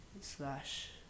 slash